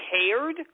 cared